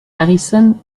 harrison